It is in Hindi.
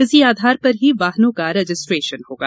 इसी आधार पर ही वाहनों का रजिस्ट्रेशन होगा